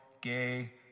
gay